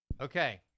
Okay